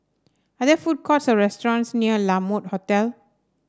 are there food courts or restaurants near La Mode Hotel